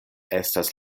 estas